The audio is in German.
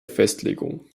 festlegung